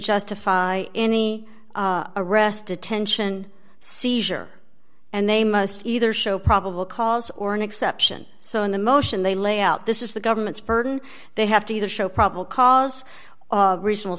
justify any arrest detention seizure and they must either show probable cause or an exception so in the motion they lay out this is the government's burden they have to either show probable cause